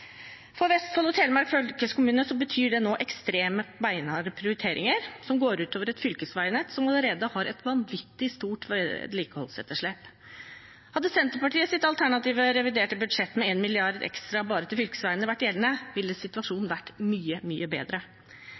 For Vestfold og Telemark fylkeskommune betyr det nå ekstreme, beinharde prioriteringer som går ut over et fylkesveinett som allerede har et vanvittig stort vedlikeholdsetterslep. Hadde Senterpartiets alternative reviderte budsjett med 1 mrd. kr ekstra bare til fylkesveiene vært gjeldende, ville situasjonen vært mye, mye bedre.